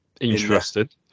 interested